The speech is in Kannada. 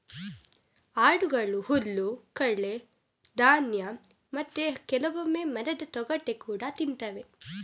ಆಡುಗಳು ಹುಲ್ಲು, ಕಳೆ, ಧಾನ್ಯ ಮತ್ತೆ ಕೆಲವೊಮ್ಮೆ ಮರದ ತೊಗಟೆ ಕೂಡಾ ತಿಂತವೆ